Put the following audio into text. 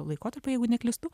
laikotarpiui jeigu neklystu